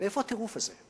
מאיפה הטירוף הזה?